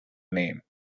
name